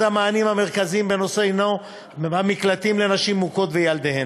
אחד המענים המרכזיים בנושא הוא המקלטים לנשים מוכות וילדיהן.